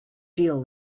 deal